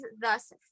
thus